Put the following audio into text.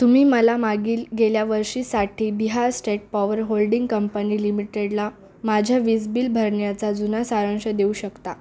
तुम्ही मला मागील गेल्या वर्षीसाठी Bihar state power holding company लिमिटेडला माझ्या वीज बिल भरण्याचा जुना सारांश देऊ शकता